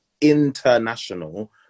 international